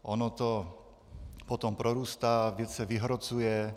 Ono to potom prorůstá, věc se vyhrocuje.